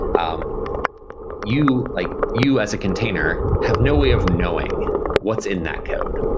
um you like you as a container have no way of knowing what's in that code.